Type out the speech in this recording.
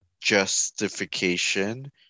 justification